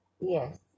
Yes